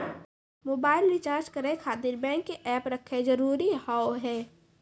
Mobile recharge करे खातिर bank के ऐप रखे जरूरी हाव है?